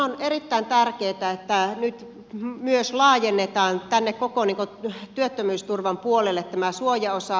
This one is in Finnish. on erittäin tärkeää että nyt myös laajennetaan tänne koko työttömyysturvan puolelle tämä suojaosa